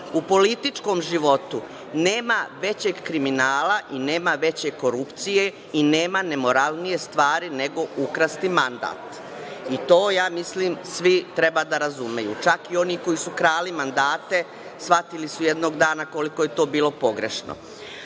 političkom životu nema većeg kriminala i nema veće korupcije, i nema nemoralnije stvari nego ukrasti mandat, i to ja mislim svi treba da razumeju. Čak i oni koji su krali mandate shvatili su jednog dana koliko je to bilo pogrešno. Ovde